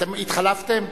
אתם התחלפתם?